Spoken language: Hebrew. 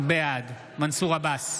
בעד מנסור עבאס,